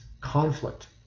conflict